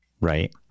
Right